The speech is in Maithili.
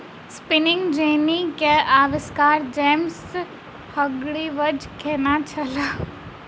स्पिनिंग जेन्नी के आविष्कार जेम्स हर्ग्रीव्ज़ केने छला